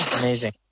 amazing